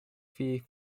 fee